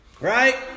right